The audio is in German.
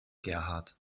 gerhard